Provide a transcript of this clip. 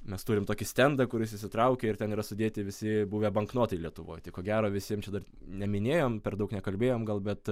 mes turim tokį stendą kuris įsitraukia ir ten yra sudėti visi buvę banknotai lietuvoj tai ko gero visiem čia dar neminėjom per daug nekalbėjom gal bet